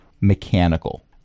mechanical